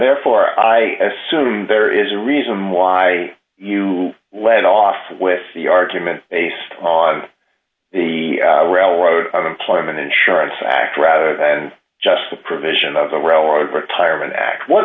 therefore i assume there is a reason why you led off with the argument based on the railroad unemployment insurance act rather than just the provision of a relative retirement act